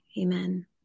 Amen